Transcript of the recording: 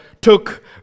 took